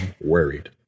worried